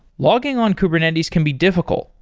logging on kubernetes can be difficult,